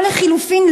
או לחלופין,